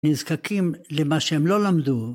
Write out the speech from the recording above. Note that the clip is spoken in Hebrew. נזקקים למה שהם לא למדו